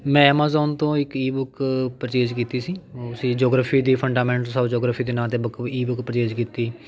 ਮੈਂ ਐਮਾਜ਼ੋਨ ਤੋਂ ਇੱਕ ਈ ਬੁੱਕ ਪਰਚੇਜ ਕੀਤੀ ਸੀ ਉਹ ਸੀ ਜੋਗਰਾਫ਼ੀ ਦੀ ਫੰਡਾਮੈਂਟਲਸ ਔਫ ਜੋਗਰਾਫ਼ੀ ਦੇ ਨਾਂ 'ਤੇ ਬੁੱਕ ਈ ਬੁੱਕ ਪਰਚੇਜ ਕੀਤੀ